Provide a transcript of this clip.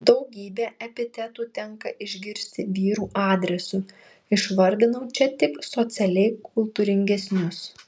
daugybę epitetų tenka išgirsti vyrų adresu išvardinau čia tik socialiai kultūringesnius